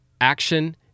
Action